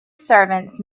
servants